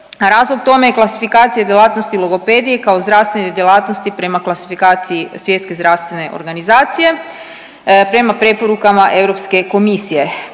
razlog tome je klasifikacija djelatnosti logopedije kao zdravstvene djelatnosti prema klasifikaciji Svjetske zdravstvene organizacije prema preporukama Europske komisije.